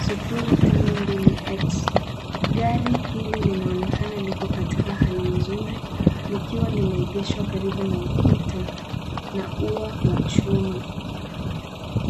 052X . Gari hili linaonekana liko katika hali nzuri, likiwa limeegeshwa karibu na ukuta na ua wa chuma.